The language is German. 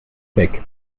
zweck